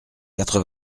quatre